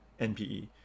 NPE